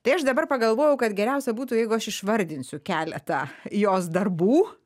tai aš dabar pagalvojau kad geriausia būtų jeigu aš išvardinsiu keletą jos darbų